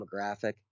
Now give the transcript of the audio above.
demographic